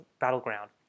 battleground